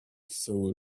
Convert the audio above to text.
soul